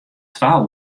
twa